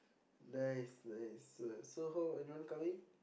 nice nice so how anyone coming